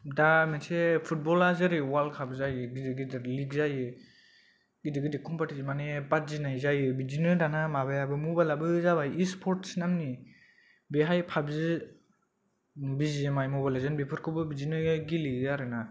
दा मोनसे फुटबलआ जेरै वर्लदकाफ जायो गिदिर गिदिर लिग जायो गिदिर गिदिर कमफिटिसन माने बादिनाय जायो बिदिनो दाना मुबाइल आबो जाबाय इ स्परटस नामनि बेहाय PUBG B G M I बेफोरखौ बिदिनो गेलेयो आरोना